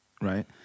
Right